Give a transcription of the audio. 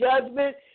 judgment